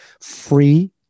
free